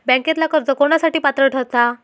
बँकेतला कर्ज कोणासाठी पात्र ठरता?